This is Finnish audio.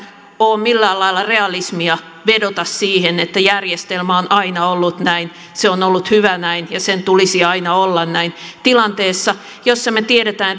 ole millään lailla realismia vedota siihen että järjestelmä on aina ollut näin se on ollut hyvä näin ja sen tulisi aina olla näin tilanteessa jossa me tiedämme